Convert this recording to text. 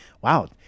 Wow